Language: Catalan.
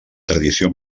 tradició